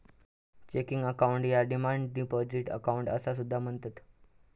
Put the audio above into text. checking account याका demand deposit account असा सुद्धा म्हणतत